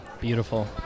beautiful